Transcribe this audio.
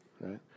right